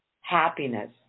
happiness